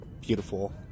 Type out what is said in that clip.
beautiful